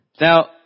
Now